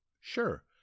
Sure